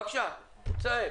תמיר גשן, בהמשך.